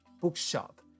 Bookshop